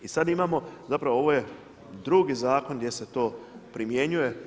I sad imamo, zapravo ovo je drugi zakon gdje se to primjenjuje.